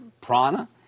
Prana